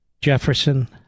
Jefferson